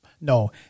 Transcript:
No